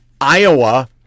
Iowa